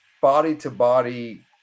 body-to-body